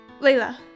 Layla